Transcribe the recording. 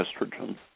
estrogen